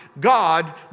God